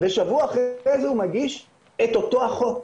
ושבוע אחרי זה הוא מגיש את אותו החוק.